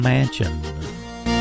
Mansion